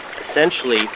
essentially